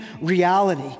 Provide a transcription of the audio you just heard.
reality